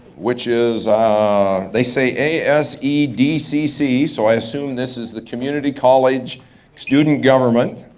which is they say a s e d c c so i assume this is the community college student government.